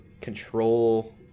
control